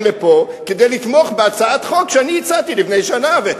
לפה כדי לתמוך בהצעת חוק שאני הצעתי לפני שנה.